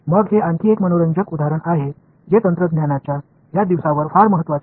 இந்த நாட்களில் தொழில்நுட்பம் மிகவும் முக்கியத்துவம் வாய்ந்த மற்றொரு சுவாரஸ்யமான எடுத்துக்காட்டு